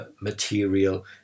material